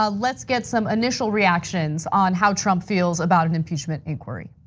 ah let's get some initial reactions on how trump feels about an impeachment inquiry.